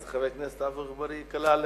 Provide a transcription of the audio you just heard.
אז חבר הכנסת עפו אגבאריה קלע לדעתכם.